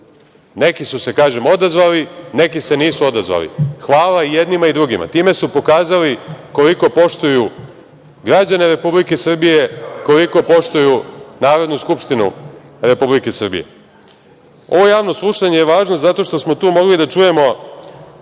neki su se odazvali, neki nisu. Hvala i jednima i drugima. Time su pokazali koliko poštuju građane Republike Srbije, koliko poštuju Narodnu skupštinu Republike Srbije. Ovo javno slušanje je važno zato što smo tu mogli da čujemo